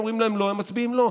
אומרים להם לא הם מצביעים לא.